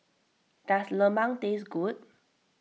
does Lemang taste good